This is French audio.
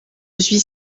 suis